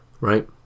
Right